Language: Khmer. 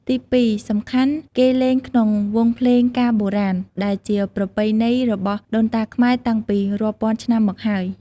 ទី២ សំខាន់គេលេងក្នុងវង់ភ្លេងការបុរាណដែលជាប្រពៃណីរបស់ដូនតាខ្មែរតាំងពីរាប់ពាន់ឆ្នាំមកហើយ។